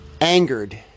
angered